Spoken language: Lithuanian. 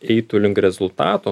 eitų link rezultato